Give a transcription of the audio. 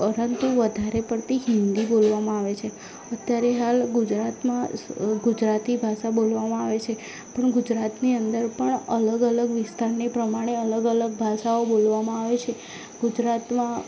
પરંતુ વધારે પડતી હિન્દી બોલવામાં આવે છે અત્યારે હાલ ગુજરાતમાં ગુજરાતી ભાષા બોલવામાં આવે છે પણ ગુજરાતની અંદર પણ અલગ અલગ વિસ્તારની પ્રમાણે અલગ અલગ ભાષાઓ બોલવામાં આવે છે ગુજરાતમાં